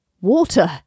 water